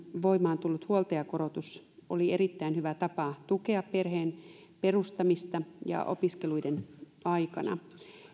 voimaan tullut huoltajakorotus oli erittäin hyvä tapa tukea perheen perustamista opiskeluiden aikana